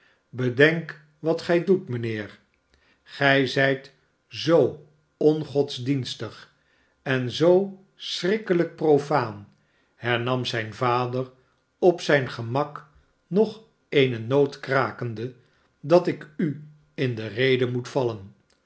bedenk wat gij doet mijnheer gij zijt zoo ongodsdienstig en zoo schrikkelijk profaan hernam zijn vader op zijn gemak nog eene noot krakende dat ik u in de rede moet vallen